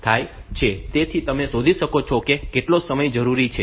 તેથી તમે શોધી શકો છો કે કેટલો સમય જરૂરી છે